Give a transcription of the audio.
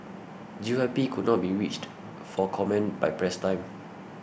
G Y P could not be reached for comment by press time